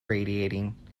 radiating